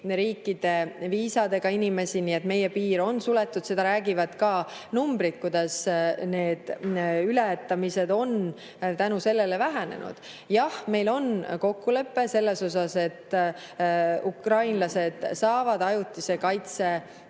riikide viisadega inimesi. Nii et meie piir on suletud. Seda räägivad numbrid, kuidas need ületamised on selle tõttu vähenenud. Jah, meil on kokkulepe, et ukrainlased saavad ajutist kaitset